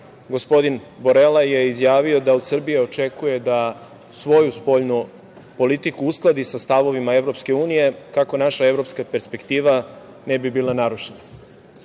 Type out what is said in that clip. gospodin Borele je izjavio da od Srbije očekuje da svoju spoljnu politiku uskladi sa stavovima EU kako naša evropska perspektiva ne bi bila narušena. Ako